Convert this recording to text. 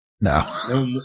No